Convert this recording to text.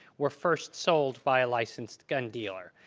were first sold by a licensed gun dealer.